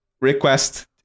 request